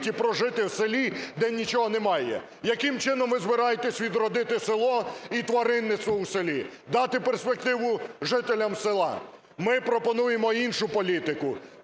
прожити в селі, де нічого немає?! Яким чином ви збираєтесь відродити село і тваринництво у селі, дати перспективу жителям села?! Ми пропонуємо іншу політику.